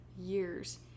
years